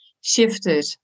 shifted